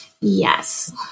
Yes